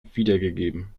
wiedergegeben